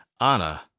Anna